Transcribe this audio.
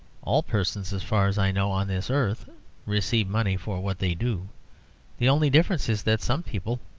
all persons, as far as i know, on this earth receive money for what they do the only difference is that some people,